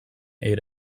ate